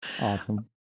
Awesome